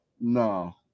No